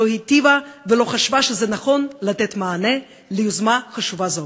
לא היטיבה ולא חשבה שזה נכון לתת מענה על יוזמה חשובה זו,